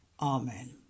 Amen